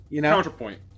Counterpoint